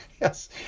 Yes